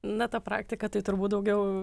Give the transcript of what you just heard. na ta praktika tai turbūt daugiau